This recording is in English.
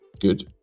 good